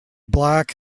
black